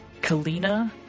Kalina